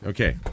Okay